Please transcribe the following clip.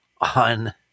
on